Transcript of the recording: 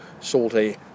salty